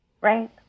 Right